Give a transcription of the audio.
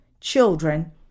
children